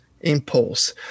impulse